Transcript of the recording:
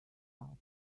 help